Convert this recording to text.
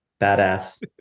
Badass